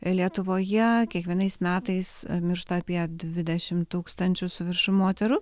lietuvoje kiekvienais metais miršta apie dvidešimt tūkstančių su viršum moterų